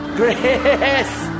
grace